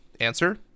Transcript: Answer